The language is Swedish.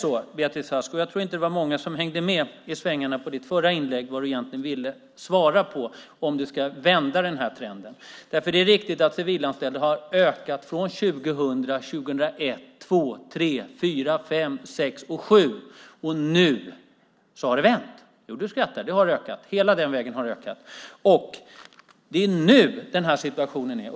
Jag tror inte att det var många som hängde med i svängarna beträffande Beatrice Asks förra inlägg och vad hon egentligen ville säga, alltså om hon ska vända trenden. Det är riktigt att antalet civilanställda ökat 2000, 2001, 2002, 2003, 2004, 2005, 2006 och 2007, men nu har det vänt. Justitieministern skrattar, men så är det. Nu har vi en sådan situation.